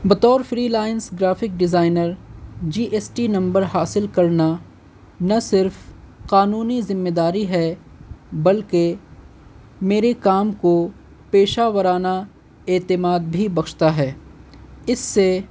بطور freelance graphic designer G S T number حاصل کرنا نہ صرف قانونی ذمہ داری ہے بلکہ میرے کام کو پیشہ ورانہ اعتماد بھی بخشتا ہے اس سے